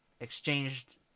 exchanged